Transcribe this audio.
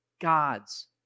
God's